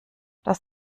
dass